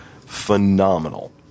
phenomenal